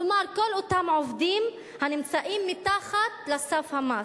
כלומר כל אותם עובדים הנמצאים מתחת לסף המס.